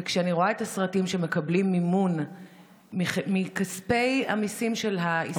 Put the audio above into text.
וכשאני רואה את הסרטים שמקבלים מימון מכספי המיסים של הישראלים,